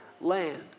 land